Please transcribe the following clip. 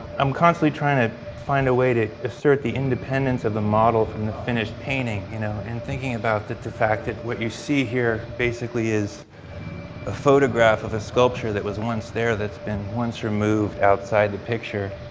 i'm constantly trying to find a way to assert the independence of the model from the finished painting you know and thinking about the fact that what you see here basically is a photograph of a sculpture that was once there that's been once removed outside the picture